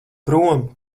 prom